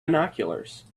binoculars